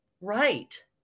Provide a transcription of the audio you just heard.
right